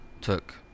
took